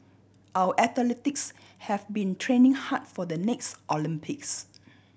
our athletes have been training hard for the next Olympics